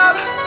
love